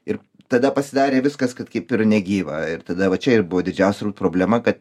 ir tada pasidarė viskas kad kaip ir negyva ir tada va čia ir buvo didžiausia problema kad